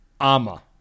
Ama